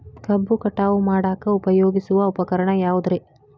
ಕಬ್ಬು ಕಟಾವು ಮಾಡಾಕ ಉಪಯೋಗಿಸುವ ಉಪಕರಣ ಯಾವುದರೇ?